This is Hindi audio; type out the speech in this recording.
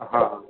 अ हाँ हाँ